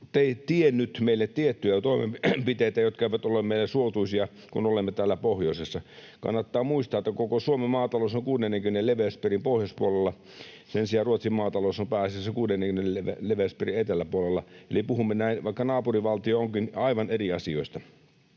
tiennyt meille tiettyjä toimenpiteitä, jotka eivät ole meille suotuisia, kun olemme täällä pohjoisessa. Kannattaa muistaa, että koko Suomen maatalous on 60. leveyspiirin pohjoispuolella. Sen sijaan Ruotsin maatalous on pääasiassa 60. leveyspiirin eteläpuolella, eli puhumme, vaikka naapurivaltio onkin, aivan eri asioista.